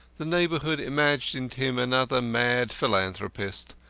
the neighbourhood imagined him another mad philanthropist,